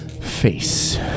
face